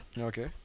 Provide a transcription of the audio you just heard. Okay